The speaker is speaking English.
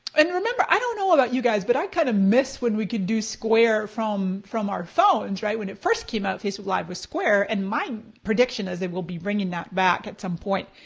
and remember i don't know about you guys, but i kind of miss when we could do square from from our phones, right? when it first came out, facebook live was square, and my prediction is they will be bringing that back at some point,